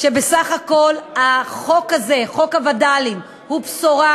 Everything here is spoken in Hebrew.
שבסך הכול החוק הזה, חוק הווד"לים, הוא בשורה,